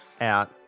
out